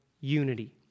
unity